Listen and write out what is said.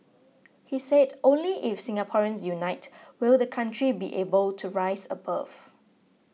he said only if Singaporeans unite will the country be able to rise above